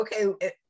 okay